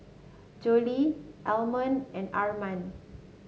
Jolette Almon and Arman